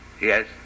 Yes